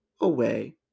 away